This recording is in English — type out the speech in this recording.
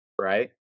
right